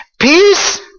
peace